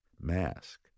mask